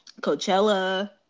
Coachella